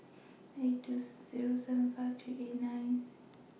eight two Zero seven five three eight nine